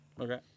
Okay